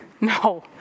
No